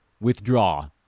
withdraw